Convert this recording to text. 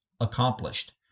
accomplished